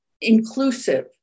inclusive